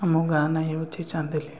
ଆମ ଗାଁ ନା ହେଉଛି ଚାନ୍ଦିଲି